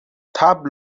طبل